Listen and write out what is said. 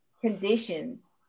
conditions